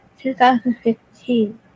2015